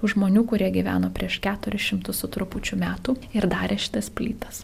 žmonių kurie gyveno prieš keturis šimtus su trupučiu metų ir darė šitas plytas